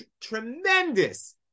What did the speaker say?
tremendous